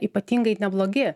ypatingai neblogi